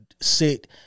sit